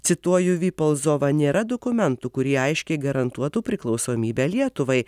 cituoju vipolzovą nėra dokumentų kurie aiškiai garantuotų priklausomybę lietuvai